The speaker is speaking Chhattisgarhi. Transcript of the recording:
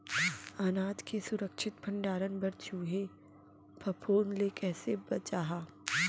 अनाज के सुरक्षित भण्डारण बर चूहे, फफूंद ले कैसे बचाहा?